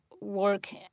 work